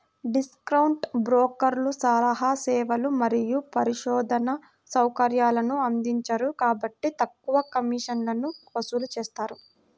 discount బ్రోకర్లు సలహా సేవలు మరియు పరిశోధనా సౌకర్యాలను అందించరు కాబట్టి తక్కువ కమిషన్లను వసూలు చేస్తారు